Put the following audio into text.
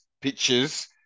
pictures